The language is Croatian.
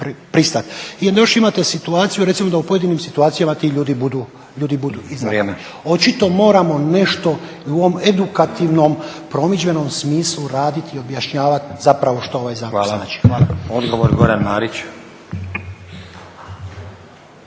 mogu …. I onda još imate situaciju, recimo da u pojedinim situacijama ti ljudi budu… … /Upadica Stazić: Vrijeme./ … Očito moramo nešto i u ovom edukativnom promidžbenom smislu raditi i objašnjavati zapravo što ovaj zakon znači. Hvala. **Stazić,